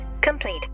complete